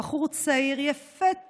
צעיר, יפה תואר,